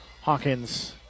Hawkins